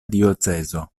diocezo